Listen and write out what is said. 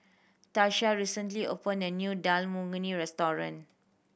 Tasha recently opened a new Dal Makhani Restaurant